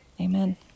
Amen